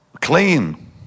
Clean